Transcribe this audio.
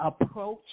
approach